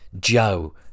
Joe